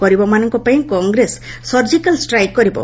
ଗରିବମାନଙ୍କ ପାଇଁ Congress surgical strike କରିବ